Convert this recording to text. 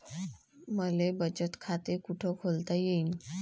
मले बचत खाते कुठ खोलता येईन?